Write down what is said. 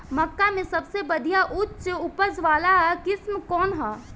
मक्का में सबसे बढ़िया उच्च उपज वाला किस्म कौन ह?